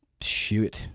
Shoot